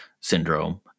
syndrome